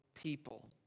people